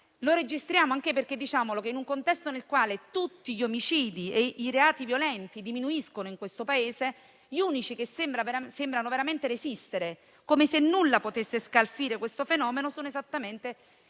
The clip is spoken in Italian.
Lo registriamo anche perché - diciamolo - in un contesto nel quale tutti gli omicidi e i reati violenti diminuiscono in questo Paese, gli unici che sembrano veramente resistere, come se nulla potesse scalfire questo fenomeno, sono esattamente